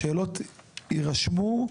השאלות יירשמו,